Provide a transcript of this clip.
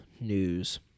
news